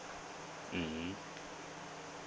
mmhmm